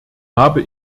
habe